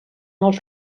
els